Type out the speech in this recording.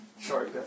Sorry